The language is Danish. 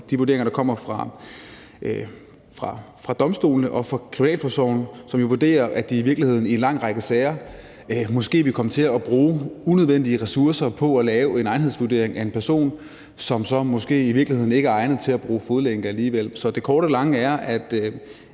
de vurderinger, der kommer fra domstolene og fra kriminalforsorgen, som jo vurderer, at de i virkeligheden i en lang række sager måske vil komme til at bruge unødvendige ressourcer på at lave en egnethedsvurdering af en person, som så måske i virkeligheden ikke er egnet til at bruge fodlænke alligevel. Så det korte af det lange er, at